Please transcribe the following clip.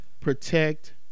protect